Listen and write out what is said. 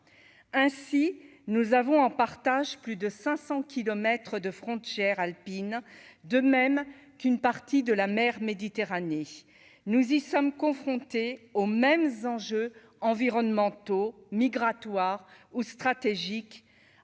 ainsi nous avons en partage plus de 500 kilomètres de frontière alpine, de même qu'une partie de la mer Méditerranée, nous y sommes confrontés aux mêmes enjeux environnementaux migratoire ou stratégique